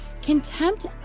Contempt